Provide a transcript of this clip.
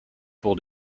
pour